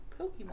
Pokemon